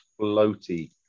floaty